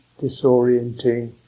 disorienting